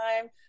time